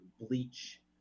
bleach